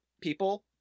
people